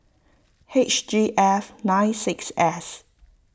H G F nine six S